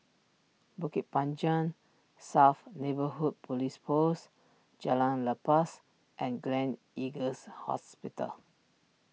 Bukit Panjang South Neighbourhood Police Post Jalan Lepas and Gleneagles Hospital